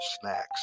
snacks